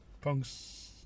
Punk's